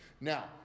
Now